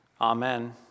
amen